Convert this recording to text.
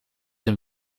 hem